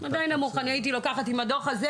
עם הדו"ח הזה